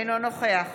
אינו נוכח